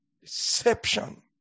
Deception